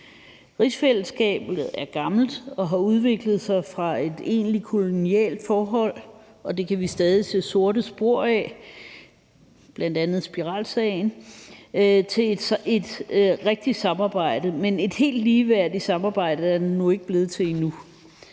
Rigsfællesskabet er gammelt og har udviklet sig fra et egentligt kolonialt forhold – og det kan vi stadig se sorte spor af, bl.a. spiralsagen – til et rigtigt samarbejde. Men et helt ligeværdigt samarbejde er det nu ikke blevet til endnu.